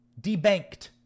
debanked